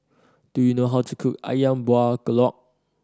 do you know how to cook Ayam Buah Keluak